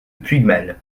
puigmal